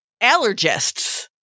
allergists